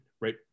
right